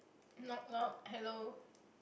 knock knock hello